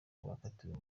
bakatiwe